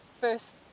first